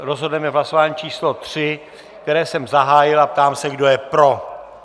Rozhodneme v hlasování číslo 3, které jsem zahájil, a ptám se, kdo je pro.